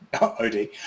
OD